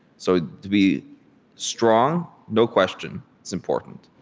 so to be strong, no question, is important.